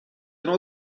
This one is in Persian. نوع